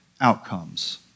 outcomes